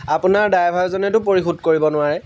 আপোনাৰ ড্ৰাইভাৰজনেতো পৰিশোধ কৰিব নোৱাৰে